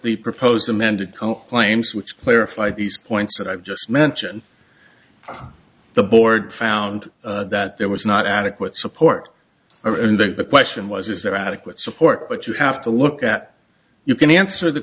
the proposed amended claims which clarify these points that i've just mentioned the board found that there was not adequate support or and that the question was is there adequate support but you have to look at you can answer the